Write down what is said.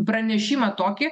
pranešimą tokį